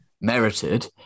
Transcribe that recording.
merited